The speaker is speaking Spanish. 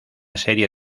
serie